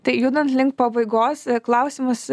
tai judant link pabaigos klausimus